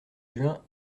juin